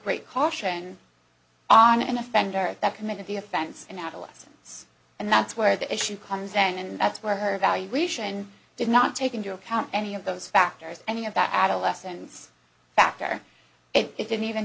great caution on an offender that committed the offense in adolescence and that's where the issue comes in and that's where her evaluation did not take into account any of those factors any of that adolescents factor it i